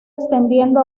extendiendo